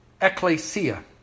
Ecclesia